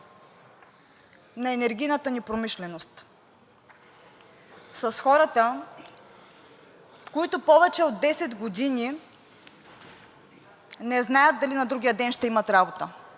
на енергийната ни промишленост, с хората, които повече от 10 години не знаят дали на другия ден ще имат работа,